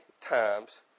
times